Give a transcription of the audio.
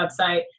website